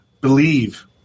believe